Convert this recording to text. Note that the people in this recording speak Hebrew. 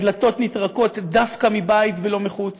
ודלתות נטרקות דווקא מבית ולא מחוץ.